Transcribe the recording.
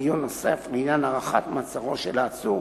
דיון נוסף לעניין הארכת מעצרו של העצור,